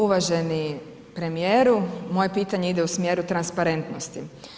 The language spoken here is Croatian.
Uvaženi premijeru, moje pitanje ide u smjeru transparentnosti.